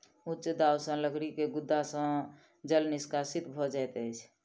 उच्च दाब सॅ लकड़ी के गुद्दा सॅ जल निष्कासित भ जाइत अछि